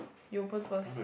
you open first